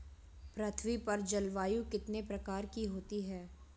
पृथ्वी पर जलवायु कितने प्रकार की होती है?